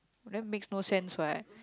what that makes no sense what